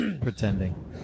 Pretending